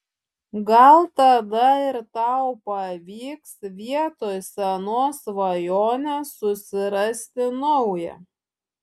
gal tada ir tau pavyks vietoj senos svajonės susirasti naują